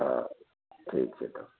हँ ठीक छै तऽ